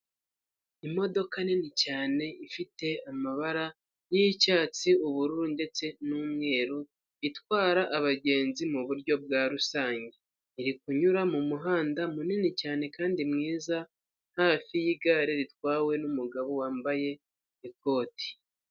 Imodoka nini cyane ifite amabara, y'icyatsi, ubururu ndetse n'umweru, itwara abagenzi m'uburyo bwa rusange iri kunyura mu muhanda munini cyane kandi mwiza hafi yigare ritwawe n'umugabo wambaye ikoti.